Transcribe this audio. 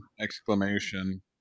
exclamation